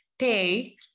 Pay